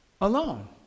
alone